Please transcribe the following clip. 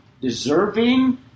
deserving